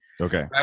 Okay